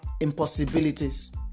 impossibilities